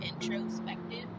introspective